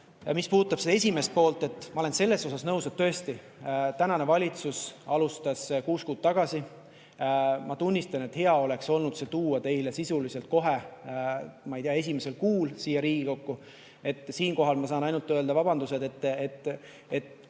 küsimuse esimest poolt, siis ma olen sellega nõus, et tõesti, praegune valitsus alustas kuus kuud tagasi. Ma tunnistan, et hea oleks olnud see tuua teile sisuliselt kohe, ma ei tea, esimesel kuul siia Riigikokku. Siinkohal ma saan ainult öelda vabandused, et